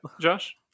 Josh